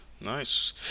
Nice